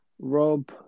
Rob